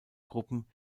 gruppen